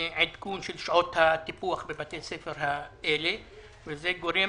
עדכון של שעות הטיפוח בבתי הספר הללו וזה גורם